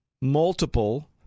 multiple